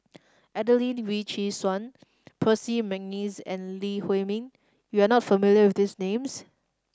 Adelene Wee Chin Suan Percy McNeice and Lee Huei Min you are not familiar with these names